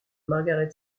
margaret